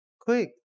Quick